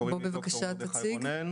קוראים לי ד"ר מרדכי רונן.